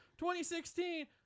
2016